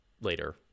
later